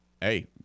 Hey